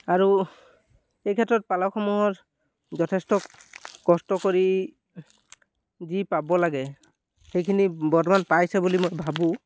আৰু এই ক্ষেত্ৰত পালকসমূহৰ যথেষ্ট কষ্ট কৰি যি পাব লাগে সেইখিনি বৰ্তমান পাইছে বুলি মই ভাবোঁ